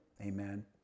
amen